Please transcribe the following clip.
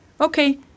okay